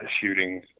shooting